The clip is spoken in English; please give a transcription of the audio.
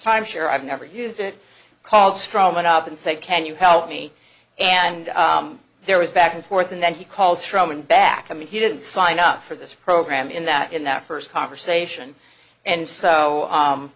time share i've never used it called straw man up and say can you help me and there was back and forth and then he called strawman back i mean he didn't sign up for this program in that in that first conversation and so